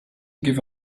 give